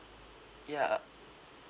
ya uh